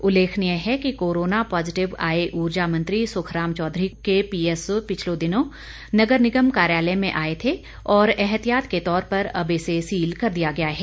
उल्लेखनीय है कि कोरोना पॉजिटिव आए ऊर्जा मंत्री सुखराम चौधरी के पीएसओ पिछले दिनों नगर निगम कार्यालय में आए थे और एहतियात के तौर पर अब इसे सील कर दिया गया है